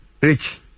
Rich